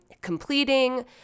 completing